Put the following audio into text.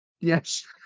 Yes